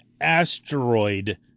asteroid